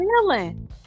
feeling